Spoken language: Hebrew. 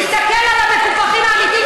את בכלל לא היית בדיון.